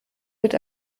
wird